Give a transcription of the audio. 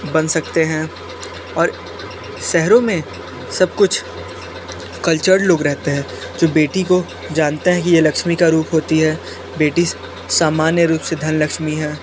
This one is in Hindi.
बन सकते हैं और शहरों में सब कुछ कलचर्ड लोग रहते हैं जो बेटी को जानता है कि ये लक्ष्मी का रूप होती है बेटी सामान्य रूप से धनलक्ष्मी है